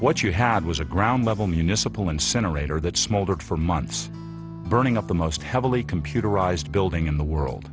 what you had was a ground level municipal incinerator that smoldered for months burning up the most heavily computerized building in the world